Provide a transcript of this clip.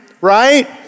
right